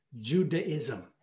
Judaism